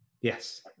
yes